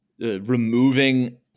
removing